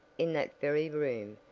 in that very room,